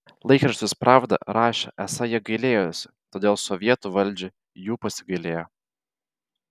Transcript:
laikraštis pravda rašė esą jie gailėjosi todėl sovietų valdžia jų pasigailėjo